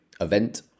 event